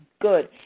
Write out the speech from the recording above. good